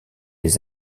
les